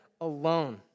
alone